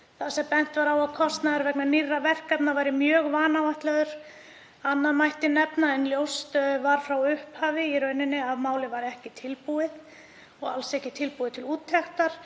þar sem bent var á að kostnaður vegna nýrra verkefna væri mjög vanáætlaður. Annað mætti nefna en ljóst var frá upphafi í rauninni að málið væri ekki tilbúið og alls ekki tilbúið til úttektar